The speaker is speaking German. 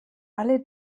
alle